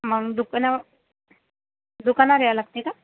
मंग दुकानाव दुकानावर यावं लागते का